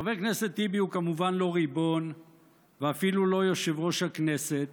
חבר הכנסת טיבי הוא כמובן לא ריבון ואפילו לא יושב-ראש הכנסת,